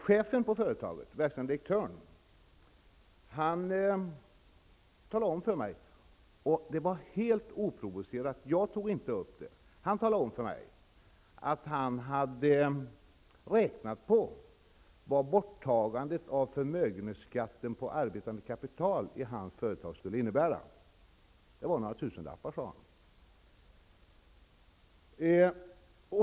Chefen på företaget, verkställande direktören, talade helt oprovocerad -- jag tog inte upp det -- om för mig att han hade räknat på vad borttagandet av förmögenhetsskatten på arbetande kapital skulle innebära för hans företag. Det var några tusenlappar, sade han.